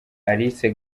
alice